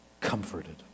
comforted